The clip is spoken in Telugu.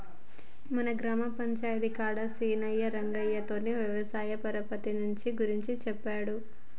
మన గ్రామ పంచాయితీ కాడ సీనయ్యా రంగయ్యతో వ్యవసాయ పరపతి రునాల గురించి సెప్పిండు